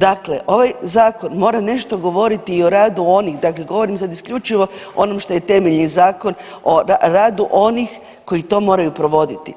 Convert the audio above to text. Dakle, ovaj zakon mora nešto govoriti i o radu onih, dakle govorim sad isključivo onom što je temelj i Zakon o radu onih koji to moraju provoditi,